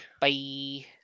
Bye